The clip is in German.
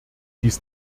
dies